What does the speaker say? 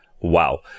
Wow